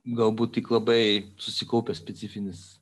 galbūt tik labai susikaupęs specifinis